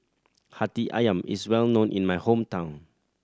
Hati Ayam is well known in my hometown